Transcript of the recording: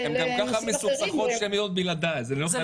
--- כמה כבר יש מקרים של עיתונאים?